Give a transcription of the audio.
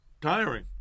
tiring